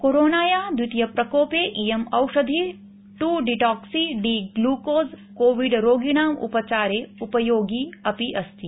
कोरोनाया द्वितीय प्रकोपे इयम् औषधि two deoxy D glucose covid रोगिणाम् उपचारे उपयोगी अस्ति